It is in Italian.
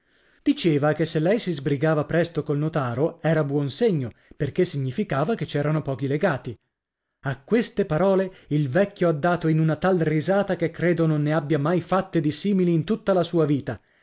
e che diceva diceva che se lei si sbrigava presto col notaro era buon segno perché significava che c'erano pochi legati a queste parole il vecchio ha dato in una tal risata che credo non ne abbia mai fatte di simili in tutta la sua vita